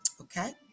Okay